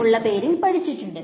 ഉള്ള പേരിൽ പഠിച്ചിട്ടുണ്ട്